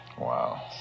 Wow